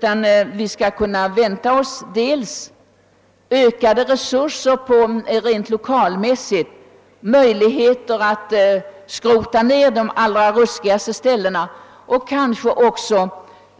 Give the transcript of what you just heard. Kan vi vänta oss ökade resurser rent lokalmässigt så att de allra ruskigaste ställena kan skrotas ner? Kan vi hoppas på